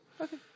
Okay